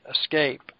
escape